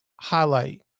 highlight